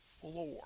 floor